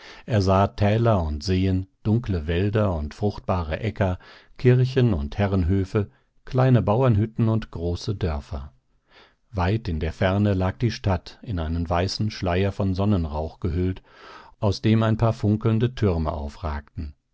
er sah täler und seen dunkle wälder und fruchtbare äcker kirchen und herrenhöfe kleine bauernhütten und große dörfer weit in der ferne lag die stadt in einen weißen schleier von sonnenrauch gehüllt aus dem ein paar funkelnde türme aufragten